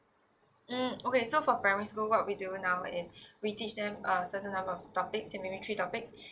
mm okay so for primary school what we do now is we teach them a certain number of topics say maybe three topics